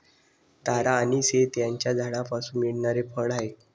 तारा anise हे त्याच्या झाडापासून मिळणारे फळ आहे